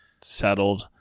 settled